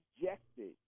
rejected